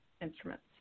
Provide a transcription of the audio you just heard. instruments